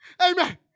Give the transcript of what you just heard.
Amen